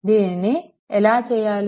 దీనిని ఎలా చేయాలి